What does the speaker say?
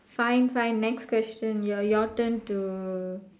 fine fine next question your your turn to